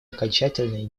окончательный